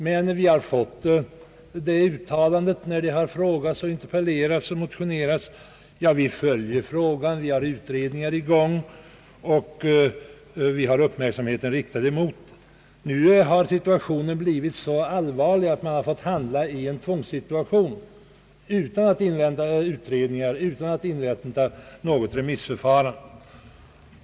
Men när det har frågats, interpellerats och motionerats har man svarat: Vi följer frågan, vi har utredningar i gång, och vi har uppmärksamheten riktad på problemet. Nu har situationen blivit så allvarlig att man har fått handla i ett tvångsläge utan att invänta utredning och remissförfarande.